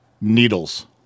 needles